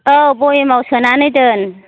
औ भयेमाव सोनानै दोन